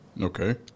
Okay